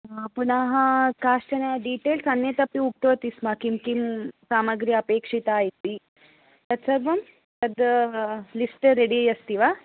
पुनः काश्चन डीटेल्स् अन्यत् अपि उक्तवती स्म किं सामग्री अपेक्षिता इति तत्सर्वं तत् लिस्ट् रेडि अस्ति वा